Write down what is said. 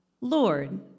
Lord